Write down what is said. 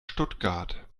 stuttgart